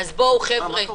אדוני היושב-ראש,